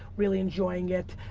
really enjoying it.